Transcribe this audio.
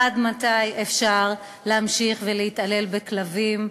עד מתי אפשר להמשיך ולהתעלל בכלבים,